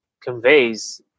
conveys